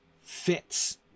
fits